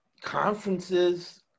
conferences